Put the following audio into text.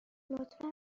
لطفا